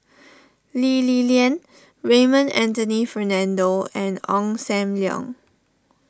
Lee Li Lian Raymond Anthony Fernando and Ong Sam Leong